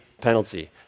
penalty